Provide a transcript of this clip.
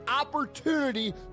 opportunity